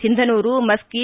Sindhanur Maski